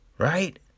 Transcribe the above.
Right